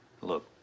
Look